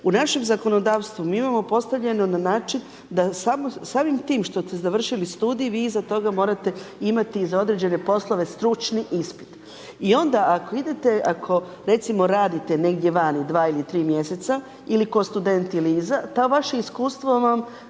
U našem zakonodavstvu mi imamo postavljeno na način da samim tim što ste završili studij vi iza toga morate imati za određene poslove stručni ispit. I onda ako idete, ako recimo radite negdje vani 2 ili 3 mjeseca ili kao student ili iza to vaše iskustvo vam